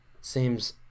seems